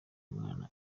umwana